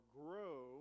grow